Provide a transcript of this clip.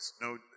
No